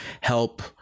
help